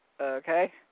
okay